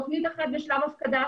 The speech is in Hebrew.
תוכנית אחת בשלב הפקדה,